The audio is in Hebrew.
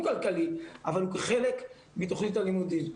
כלכלי אבל הוא כחלק מתוכנית הלימודים.